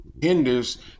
hinders